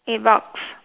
eight bucks